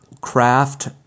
craft